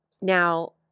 Now